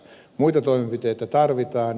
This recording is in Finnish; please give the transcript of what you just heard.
muita toimenpiteitä tarvitaan